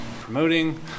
promoting